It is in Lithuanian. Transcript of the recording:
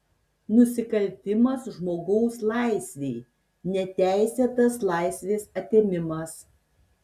nusikaltimas žmogaus laisvei neteisėtas laisvės atėmimas